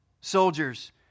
Soldiers